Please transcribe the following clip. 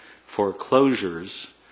foreclosures